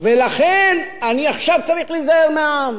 ולכן אני עכשיו צריך להיזהר מהעם.